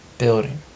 Building